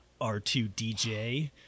R2DJ